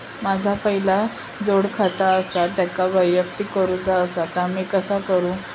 माझा पहिला जोडखाता आसा त्याका वैयक्तिक करूचा असा ता मी कसा करू?